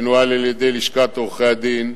שנוהל על-ידי לשכת עורכי-הדין.